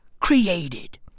created